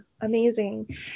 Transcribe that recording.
amazing